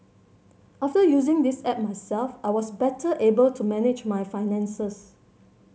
after using this app myself I was better able to manage my finances